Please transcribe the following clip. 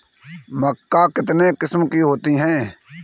मक्का कितने किस्म की होती है?